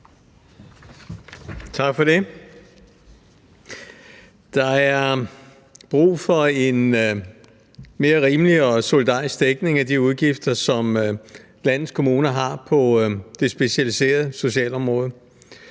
Tak for det. Der er brug for en mere rimelig og solidarisk dækning af de udgifter, som landets kommuner har på det specialiserede socialområde.